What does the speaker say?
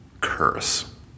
curse